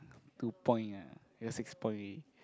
two point ah your six point already